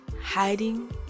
hiding